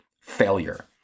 failure